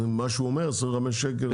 מה שהוא אומר, 25 שקל חודשית?